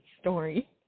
story